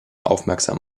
aufmerksam